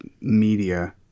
media